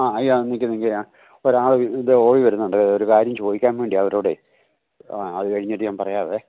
ആ നില്ക്കൂ നില്ക്കൂ ഒരാള് ദേ ഓടി വരുന്നുണ്ടേ ഒരു കാര്യം ചോദിക്കാൻ വേണ്ടിയാണ് അവരോടേ ആ അതുഴിഞ്ഞിട്ട് ഞാൻ പറയാവേ